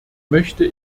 möchte